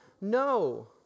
no